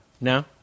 No